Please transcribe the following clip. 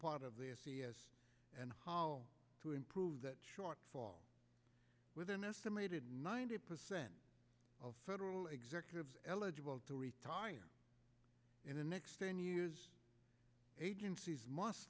part of the and how to improve that shortfall with an estimated ninety percent of federal executives eligible to retire in the next ten years agencies must